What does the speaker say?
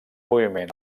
moviment